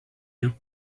you